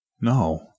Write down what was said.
No